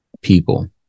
people